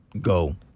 Go